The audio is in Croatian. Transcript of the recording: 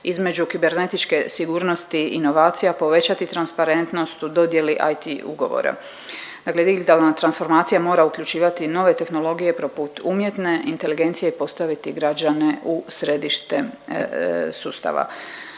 između kibernetičke sigurnosti i inovacija, povećati transparentnost u dodjeli IT ugovora. Dakle digitalna transformacija mora uključivati nove tehnologije poput umjetne inteligencije i postaviti građane u središte sustava.